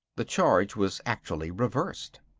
the charge was actually reversed.